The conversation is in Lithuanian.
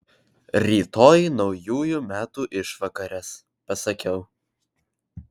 rytoj naujųjų metų išvakarės pasakiau